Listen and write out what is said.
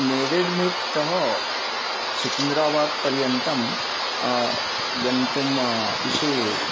नेरेड्मिट् तः सिकिन्द्राबाद् पर्यन्तं गन्तुं विषये